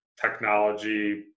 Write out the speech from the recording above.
technology